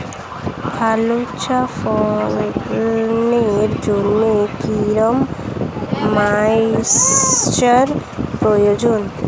ভালো চা ফলনের জন্য কেরম ময়স্চার প্রয়োজন?